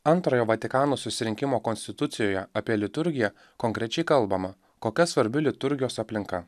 antrojo vatikano susirinkimo konstitucijoje apie liturgiją konkrečiai kalbama kokia svarbi liturgijos aplinka